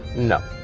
no.